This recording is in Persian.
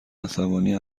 عصبانی